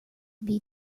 beat